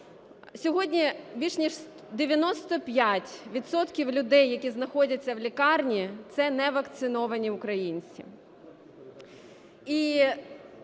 Сьогодні більше ніж 95 відсотків людей, які знаходяться в лікарні, це не вакциновані українці.